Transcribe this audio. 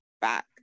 back